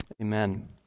Amen